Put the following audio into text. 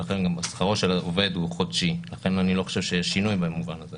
גם שכרו של עובד הוא חודשי ולכן אני לא חושב שיש שינוי במובן הזה